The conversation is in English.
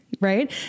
right